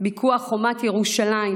ביקוע חומת ירושלים,